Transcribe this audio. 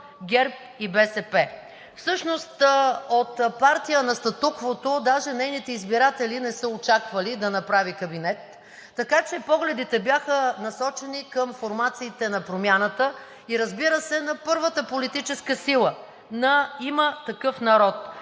ГЕРБ и БСП. Всъщност от партия на статуквото, даже нейните избиратели не са очаквали да направи кабинет, така че погледите бяха насочени към формациите на промяната и, разбира се, на първата политическа сила – „Има такъв народ“.